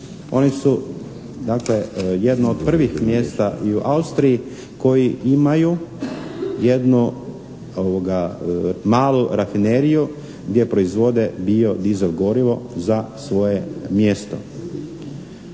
dakle jedno od prvih mjesta i u Austiji koji imaju jednu malu rafineriju gdje proizvode biodizel gorivo za svoje mjesto.